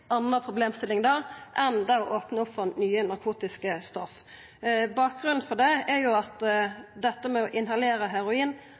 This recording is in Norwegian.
anna problemstilling enn å opna opp for nye narkotiske stoff. Bakgrunnen for det er